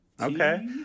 Okay